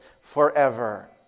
forever